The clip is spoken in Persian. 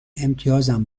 امتیازم